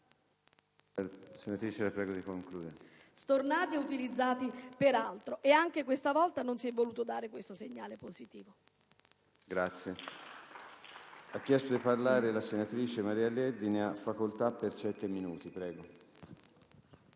stornati e utilizzati per altro. Anche questa volta non s'è voluto dare questo segnale positivo.